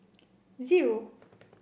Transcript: zero